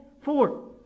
Four